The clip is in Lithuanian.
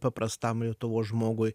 paprastam lietuvos žmogui